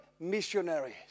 missionaries